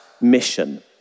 mission